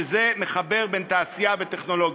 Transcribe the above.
שמחבר תעשייה וטכנולוגיה.